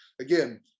Again